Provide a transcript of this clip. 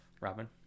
Robin